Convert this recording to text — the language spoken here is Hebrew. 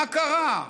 מה קרה?